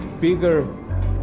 bigger